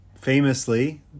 famously